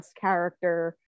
character